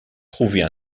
trouver